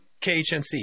KHNC